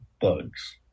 bugs